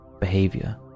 behavior